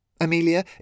Amelia